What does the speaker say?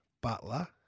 Butler